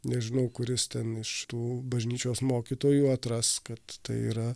nežinau kuris ten iš tų bažnyčios mokytojų atras kad tai yra